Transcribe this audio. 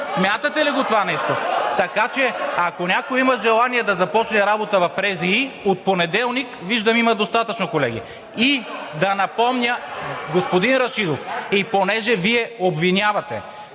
Смятате ли го това нещо? Така че, ако някой има желание да започне работа в РЗИ, от понеделник – виждам има достатъчно колеги. И да напомня! Господин Рашидов, понеже Вие обвинявате,